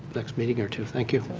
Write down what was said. next meeting or two. thank you.